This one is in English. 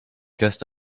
just